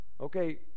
Okay